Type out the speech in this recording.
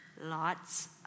lots